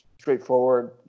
straightforward